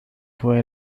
fue